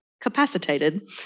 capacitated